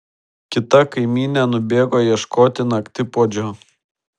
kita kaimynė nubėgo ieškoti naktipuodžio